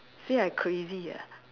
say I crazy ah